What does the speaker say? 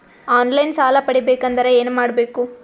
On line ಸಾಲ ಪಡಿಬೇಕಂದರ ಏನಮಾಡಬೇಕು?